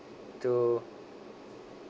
to